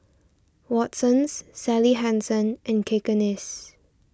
Watsons Sally Hansen and Cakenis